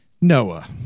Noah